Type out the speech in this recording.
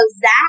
Zach